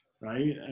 right